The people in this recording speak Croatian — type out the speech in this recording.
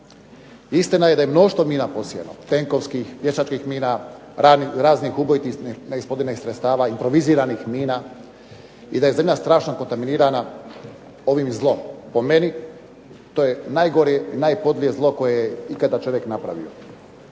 Istina je da je mnoštvo mina posijano, tenkovskih, pješačkih mina, raznih ubojitih neeksplodiranih sredstava, improviziranih mina i da je zemlja strašno kontaminirana ovim zlom. Po meni to je najgore i najpodlije zlo koje je ikada čovjek napravio.